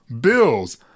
bills